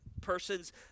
person's